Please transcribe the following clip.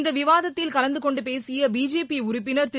இந்தவிவாதத்தில் கலந்துகொண்டுபேசிய பிஜேபி உறுப்பினர் திரு